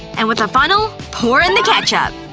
and with a funnel, pour in the ketchup!